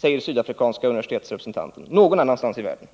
säger alltså den sydafrikanske universitetsrepresentanten.